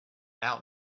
out